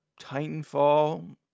Titanfall